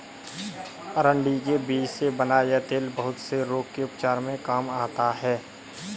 अरंडी के बीज से बना यह तेल बहुत से रोग के उपचार में काम आता है